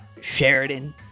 Sheridan